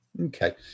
okay